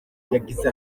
yagize